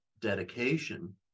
dedication